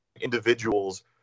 Individuals